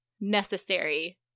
necessary